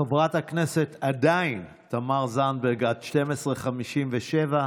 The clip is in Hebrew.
חברת הכנסת, עדיין, עד 12:57,